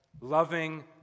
loving